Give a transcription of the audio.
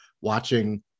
watching –